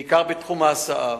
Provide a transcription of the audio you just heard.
בעיקר בתחום ההסעה.